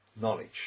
knowledge